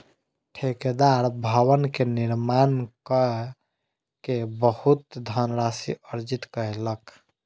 ठेकेदार भवन के निर्माण कय के बहुत धनराशि अर्जित कयलक